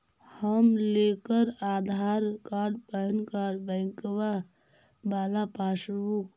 हम लेकर Aadhaar card PAN card बैंकवा वाला पासबुक?